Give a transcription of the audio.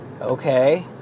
Okay